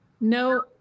no